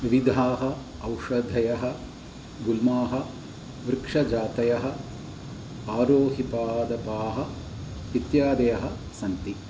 विविधाः औषधयः गुल्माः वृक्षजातयः आरोहिपादपाः इत्यादयः सन्ति